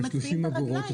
והם מצביעים ברגליים.